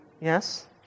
yes